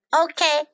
Okay